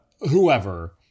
whoever